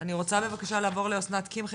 אני רוצה בבקשה לעבור לאסנת קמחי,